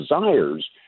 desires